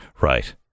Right